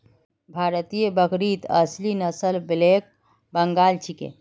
भारतीय बकरीत असली नस्ल ब्लैक बंगाल छिके